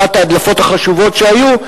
אחת ההדלפות החשובות שהיו,